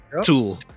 tool